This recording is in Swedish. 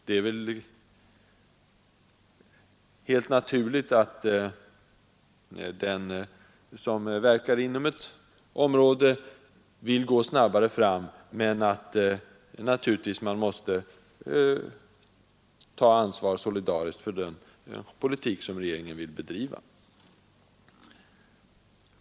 Det är väl helt naturligt att den som verkar inom detta område vill gå snabbare fram, även om jag kan förstå att man givetvis måste ta ansvar solidariskt för den politik som regeringen har bedrivit.